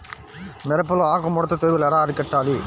మిరపలో ఆకు ముడత తెగులు ఎలా అరికట్టాలి?